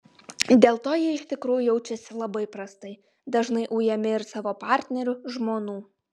dėl to jie iš tikrųjų jaučiasi labai prastai dažnai ujami ir savo partnerių žmonų